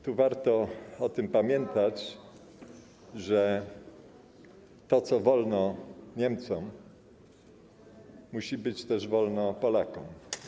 Tu warto o tym pamiętać, że to, co wolno Niemcom, musi być też wolno Polakom.